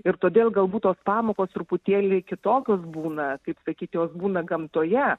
ir todėl galbūt tos pamokos truputėlį kitokios būna kaip sakyti jos būna gamtoje